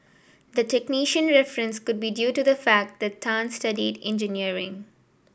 the technician reference could be due to the fact that Tan studied engineering